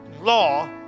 law